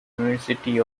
university